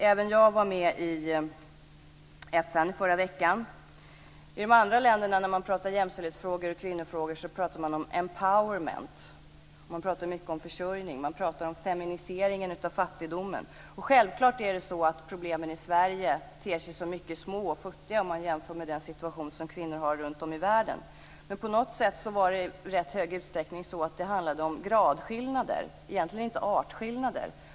Även jag var med i FN i förra veckan. När man talar om jämställdhetsfrågor och kvinnofrågor i de andra länderna så talar man om empowerment. Man talar mycket om försörjning. Man talar om feminiseringen av fattigdomen. Och självklart ter sig problemen i Sverige som mycket små och futtiga om man jämför med den situation som kvinnor har runtom i världen. Men på något sätt handlade det i rätt hög utsträckning om gradskillnader och egentligen inte om artskillnader.